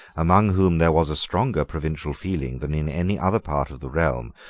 among whom there was a stronger provincial feeling than in any other part of the realm,